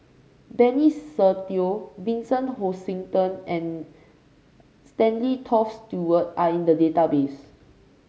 Benny Se Teo Vincent Hoisington and Stanley Toft Stewart are in the database